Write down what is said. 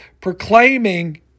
proclaiming